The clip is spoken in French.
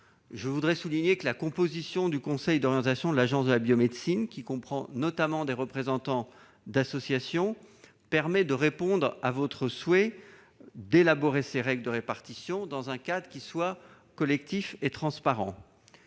Je voudrais souligner que la composition du conseil d'orientation de l'Agence de la biomédecine, qui comprend notamment des représentants d'associations, permet de répondre à votre souhait que ces règles de répartition soient élaborées dans un cadre collectif et transparent.